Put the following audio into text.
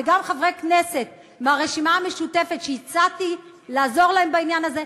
גם חברי כנסת מהרשימה המשותפת שהצעתי לעזור להם בעניין הזה,